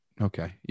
okay